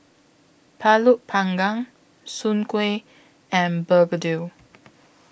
Pulut Panggang Soon Kuih and Begedil